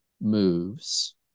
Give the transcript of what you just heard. moves